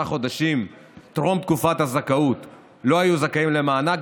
חודשים שטרום תקופת הזכאות לא היו זכאים למענק,